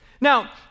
Now